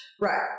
Right